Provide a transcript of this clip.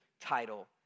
title